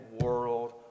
world